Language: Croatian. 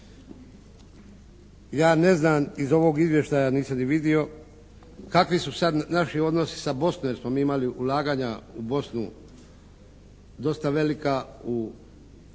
Ja ne znam iz ovog izvještaja, nisam ni vidio kakvi su sad naši odnosi sa Bosnom, jer smo mi imali ulaganja u Bosnu dosta velika, u